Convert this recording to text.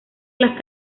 las